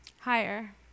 Higher